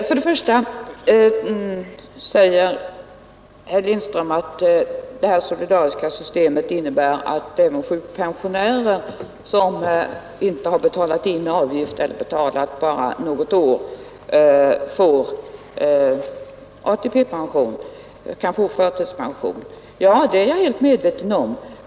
Herr talman! Herr Lindström säger att det solidariska ATP-systemet är uppbyggt så att även sjukpensionärer som inte hela den erforderliga tiden inbetalat sina avgifter utan kanske endast betalat under något år ändå kan få ATP-pension. Ja, det är jag medveten om.